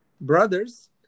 brothers